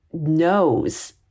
knows